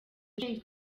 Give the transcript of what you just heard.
ushinzwe